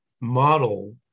model